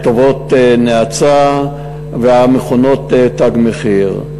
כתובות נאצה המכונות "תג מחיר".